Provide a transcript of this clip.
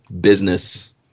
business